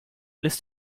lässt